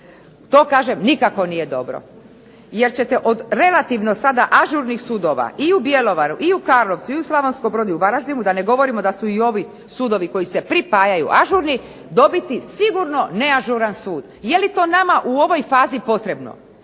To kažem nikako nije dobro jer ćete od relativno sada ažurnih sudova i u Bjelovaru i u Karlovcu i u Slavonskom Brodu i u Varaždinu, da ne govorimo da su i ovi sudovi koji se pripajaju ažurni, dobiti sigurno neažuran sud. Je li to nama u ovoj fazi potrebno?